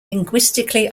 linguistically